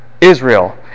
Israel